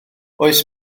oes